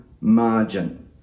Margin